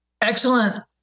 Excellent